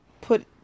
put